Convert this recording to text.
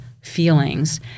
feelings